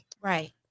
Right